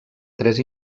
tres